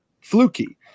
fluky